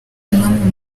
umwami